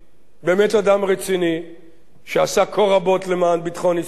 באמת אדם רציני שעשה כה רבות למען ביטחון ישראל,